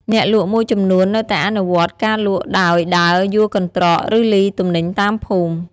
អ្នកលក់មួយចំនួននៅតែអនុវត្តការលក់ដោយដើរយួរកន្ត្រក ឬលីទំនិញតាមភូមិ។